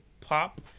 pop